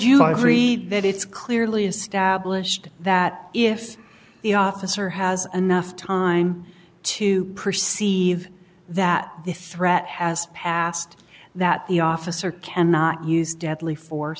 read that it's clearly established that if the officer has enough time to perceive that the threat has passed that the officer cannot use deadly